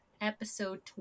episode